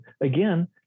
again